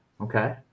okay